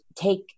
take